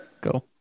Go